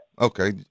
Okay